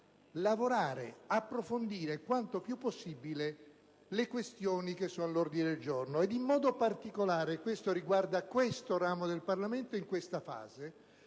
lavorare, approfondendo quanto più possibile le questioni all'ordine del giorno. In modo particolare, ciò riguarda questo ramo del Parlamento in questa fase,